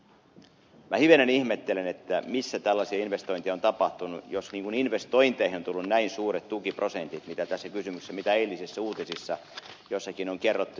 minä hivenen ihmettelen missä tällaisia investointeja on tapahtunut jos investointeihin on tullut näin suuret tukiprosentit mitkä tässä kysymyksessä mainittiin ja mitä eilisissä uutisissa joissakin on kerrottu